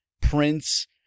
Prince